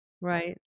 right